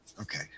Okay